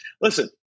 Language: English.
Listen